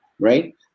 Right